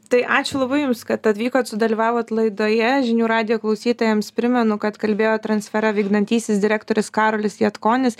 tai ačiū labai jums kad atvykot sudalyvavot laidoje žinių radijo klausytojams primenu kad kalbėjo transfera vykdantysis direktorius karolis jadkonis